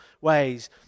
ways